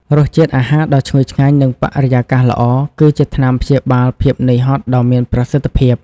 រសជាតិអាហារដ៏ឈ្ងុយឆ្ងាញ់ និងបរិយាកាសល្អ គឺជាថ្នាំព្យាបាលភាពនឿយហត់ដ៏មានប្រសិទ្ធភាព។